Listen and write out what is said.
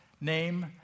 Name